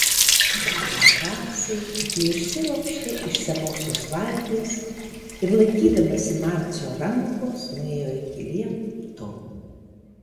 dar nedrąsiai ji išsiropštė iš senosios valties ir laikydamasi marcio rankos nuėjo iki liepto